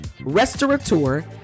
restaurateur